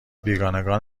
بیگانگان